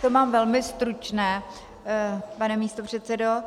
Já to mám velmi stručné, pane místopředsedo.